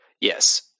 Yes